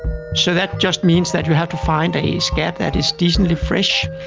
so that just means that you have to find a scat that is decently fresh.